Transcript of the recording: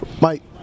Mike